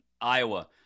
Iowa